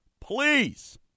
please